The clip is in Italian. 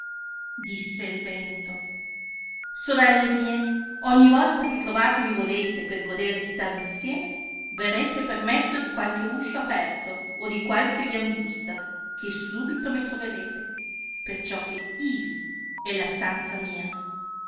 disse il vento sorelle mie ogni volta che trovar mi volete per godere e stare insieme verrete per mezzo di qualche uscio aperto o di qualche via angusta che subito mi troverete perciò che ivi è la stanza mia